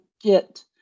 get